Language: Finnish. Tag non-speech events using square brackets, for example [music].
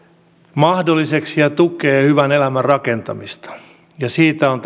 mahdolliseksi ja tukee hyvän elämän rakentamista ja siitä on [unintelligible]